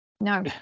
no